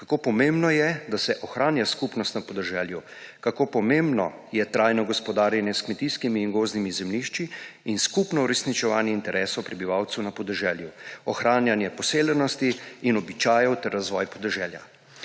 kako pomembno je, da se ohranja skupnost na podeželju, kako pomembno je trajno gospodarjenje s kmetijskimi in gozdnimi zemljišči in skupno uresničevanje interesov prebivalcev na podeželju, ohranjanje poseljenosti in običajev ter razvoj podeželja.